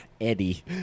Eddie